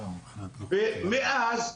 מאז,